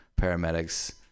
paramedics